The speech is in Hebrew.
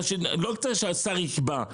אז לא צריך שהשר יקבע.